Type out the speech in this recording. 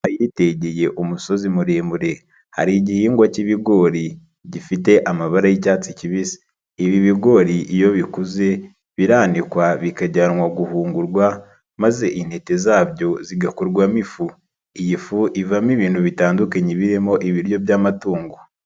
Ahitegeye umusozi muremure, hari igihingwa cy'ibigori gifite amabara y'icyatsi kibisi. Ibi bigori iyo bikuze biranikwa bikajyanwa guhungurwa, maze intete zabyo zigakorwamo ifu. Iyi fu ivamo ibintu bitandukanye birimo ibiryo by'amatungo.